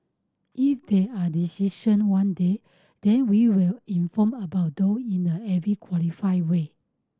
if there are decision one day then we will inform about those in a every qualified way